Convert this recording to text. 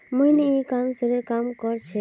मोहिनी ई कॉमर्सेर काम कर छेक्